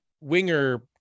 winger